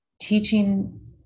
teaching